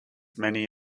many